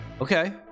Okay